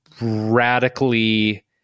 radically